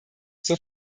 zur